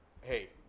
hey